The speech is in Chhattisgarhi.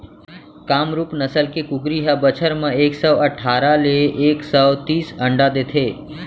कामरूप नसल के कुकरी ह बछर म एक सौ अठारा ले एक सौ तीस अंडा देथे